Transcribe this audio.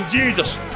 Jesus